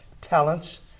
talents